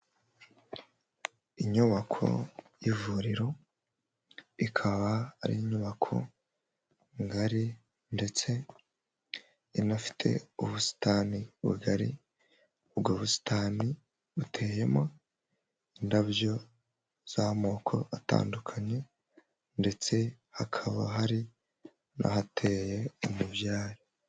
Inyubako y'ivuriro ikaba ari inyubako ngari ndetse inafite ubusitani bugari, ubwo busitani buteyemo indabo z'amoko atandukanye ndetse hakaba hari n'ahateye umubyare.